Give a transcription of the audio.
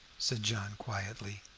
said john quietly.